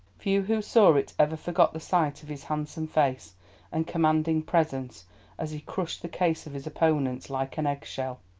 few who saw it ever forgot the sight of his handsome face and commanding presence as he crushed the case of his opponents like an eggshell,